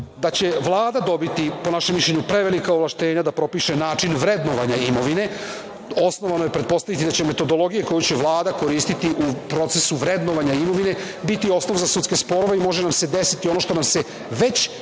da će Vlada dobiti, po našem mišljenju, prevelika ovlašćenja da propiše način vrednovanja imovine. Osnovano je pretpostaviti da će metodologije koje će Vlada koristiti u procesu vrednovanja imovine biti osnov za sudske sporove i može nam se desiti ono što nam se već